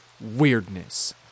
weirdness